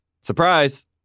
Surprise